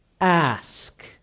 ask